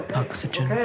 oxygen